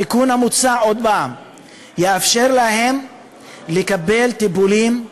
התיקון המוצע יאפשר להם לקבל טיפולים,